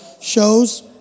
shows